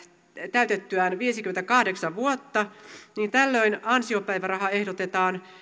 täytettyään viisikymmentäkahdeksan vuotta ansiopäivärahaa ehdotetaan